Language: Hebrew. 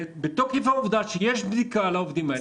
בתוקף העובדה שיש בדיקה לעובדים האלה,